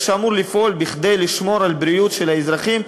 זה שאמור לפעול כדי לשמור על בריאות האזרחים,